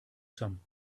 some